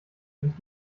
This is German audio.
sich